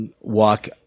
walk